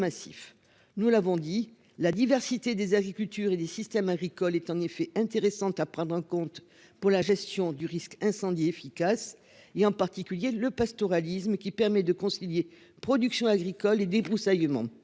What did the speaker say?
Nous l'avons dit, la diversité des agricultures et des systèmes agricoles est en effet intéressant à prendre en compte pour la gestion du risque incendie efficace et en particulier le pastoralisme qui permet de concilier production agricole et débroussaillement.